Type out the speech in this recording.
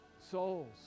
souls